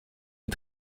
est